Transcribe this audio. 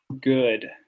good